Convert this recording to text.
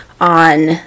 on